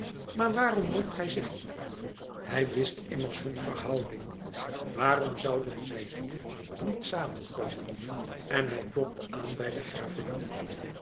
maar waarom wond hij zich op hij wist immers hunne verhouding waarom zouden zij hier niet samen komen en hij klopte aan bij de gravin